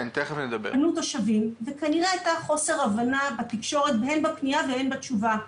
פנו תושבים וכנראה הייתה חוסר הבנה בתקשורת הן בפניה והן בתשובה.